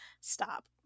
stop